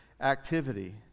activity